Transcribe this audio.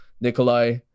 Nikolai